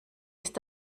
ist